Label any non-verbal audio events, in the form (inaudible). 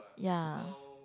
ya (noise)